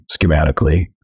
schematically